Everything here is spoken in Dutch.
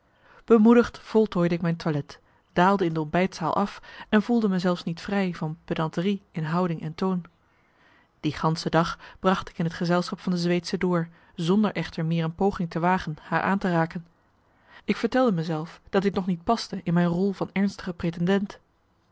bemoedigd voltooide ik mijn toilet daalde in de ontbijtzaal af en voelde me zelfs niet vrij van pedanterie in houding en toon die gansche dag bracht ik in het gezelschap van de zweedsche door zonder echter meer een poging te wagen haar aan te raken ik vertelde me zelf dat dit nog niet paste in mijn rol van ernstige pretendent